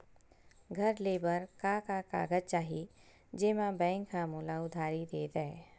घर ले बर का का कागज चाही जेम मा बैंक हा मोला उधारी दे दय?